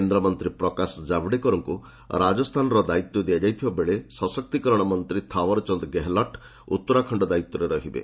କେନ୍ଦ୍ରମନ୍ତ୍ରୀ ପ୍ରକାଶ ଜାବ୍ଡେକରଙ୍କୁ ରାଜସ୍ଥାନର ଦାୟିତ୍ୱ ଦିଆଯାଇଥିବା ବେଳେ ସଶକ୍ତିକରଣ ମନ୍ତ୍ରୀ ଥାଓ୍ୱରଚାନ୍ଦ ଗେହଲଟ୍ ଉତ୍ତରାଖଣ୍ଡ ଦାୟିତ୍ୱରେ ରହିବେ